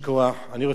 אני רוצה לומר לך: